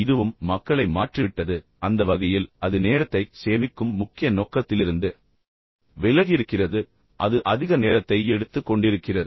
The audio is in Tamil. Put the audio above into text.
இதுவும் மக்களை மாற்றிவிட்டது அந்த வகையில் அது நேரத்தைச் சேமிக்கும் முக்கிய நோக்கத்திலிருந்து விலகியிருக்கிறது ஆனால் இப்போது அது அதிக நேரத்தை எடுத்துக்கொண்டிருக்கிறது